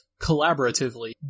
collaboratively